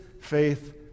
faith